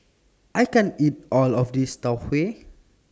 I can't eat All of This Tau Huay